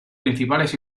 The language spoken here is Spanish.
principales